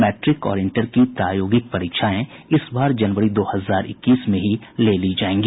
matric और inter की प्रायोगिक परीक्षाएं इस बार जनवरी दो हजार इक्कीस में ही ले ली जायेगी